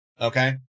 okay